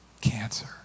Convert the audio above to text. Cancer